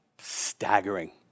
Staggering